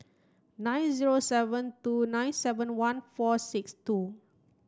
nine zero seven two nine seven one four six two